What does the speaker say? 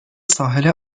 ساحل